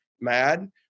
mad